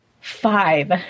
five